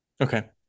Okay